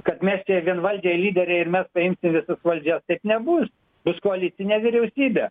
kad mes čia vienvaldžiai lyderiai ir mes paimsim visus valdžias taip nebus bus koalicinė vyriausybė